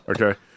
Okay